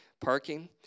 parking